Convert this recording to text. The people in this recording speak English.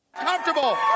comfortable